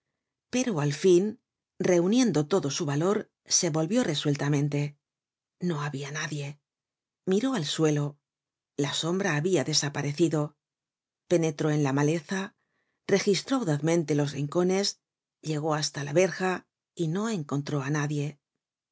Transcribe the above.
pero al fin reuniendo todo su valor se volvió resueltamente no habia nadie miró al suelo la sombra habia desaparecido penetró en la maleza registró audazmente los rincones llegó hasta la verja y no encontró á nadie